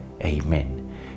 Amen